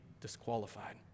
disqualified